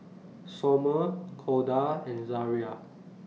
Sommer Corda and Zariah